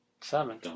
Seven